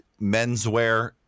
menswear